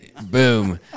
Boom